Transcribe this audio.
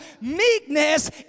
Meekness